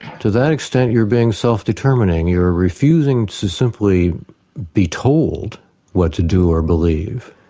to that extent you're being self-determining. you're refusing to simply be told what to do or believe.